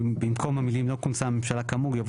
במקום המילים 'לא כונסה הממשלה כאמור' יבוא